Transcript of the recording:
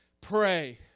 pray